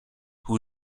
who